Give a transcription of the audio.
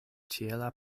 ĉiela